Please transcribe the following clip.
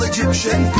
Egyptian